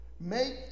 Make